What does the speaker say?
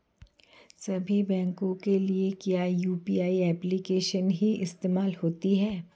सभी बैंकों के लिए क्या यू.पी.आई एप्लिकेशन ही इस्तेमाल होती है?